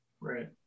Right